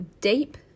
deep